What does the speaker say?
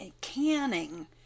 canning